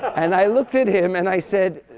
and i looked at him. and i said,